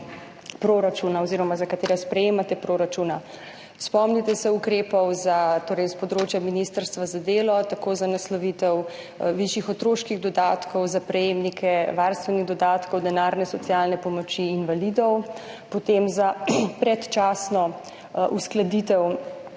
proračuna oziroma za kateri sprejemate proračuna. Spomnite se ukrepov s področja ministrstva za delo, tako za naslovitev višjih otroških dodatkov za prejemnike varstvenih dodatkov, denarne socialne pomoči invalidov, potem za predčasno uskladitev